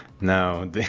No